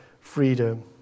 freedom